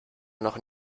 noch